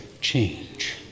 change